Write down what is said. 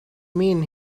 mean